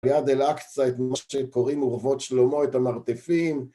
ליד אל אקצה את מה שקוראים אורבות שלמה, את המרתפים